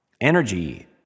energy